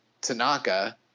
Tanaka